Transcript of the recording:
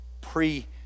pre